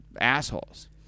assholes